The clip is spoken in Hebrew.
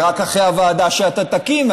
זה רק אחרי הוועדה שאתה תקים,